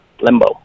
limbo